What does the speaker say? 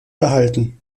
behalten